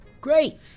Great